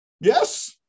Yes